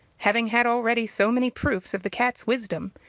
having had already so many proofs of the cat's wisdom,